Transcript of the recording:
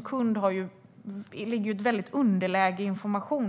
konsumenter är vi i underläge vad gäller information.